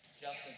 Justin